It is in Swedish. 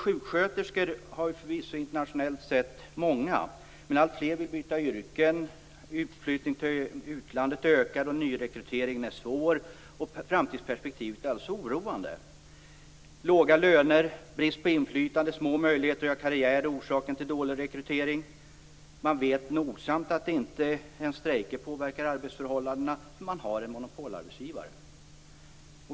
Vi har internationellt sett många sjuksköterskor. Men alltfler vill byta yrke, utflyttningen till utlandet ökar och det är svårt att nyrekrytera. Framtidsperspektivet är oroande. Låga löner, brist på inflytande, små möjligheter att göra karriär är orsaker till dålig rekrytering. Man vet att inte ens strejker påverkar arbetsförhållandena. Man har en monopolarbetsgivare.